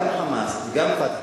גם "חמאס" וגם "פתח",